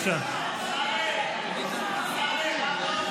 תצביעו בעד